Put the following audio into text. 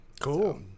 Cool